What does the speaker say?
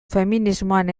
feminismoan